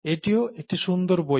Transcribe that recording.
এটিও একটি সুন্দর বই